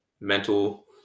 mental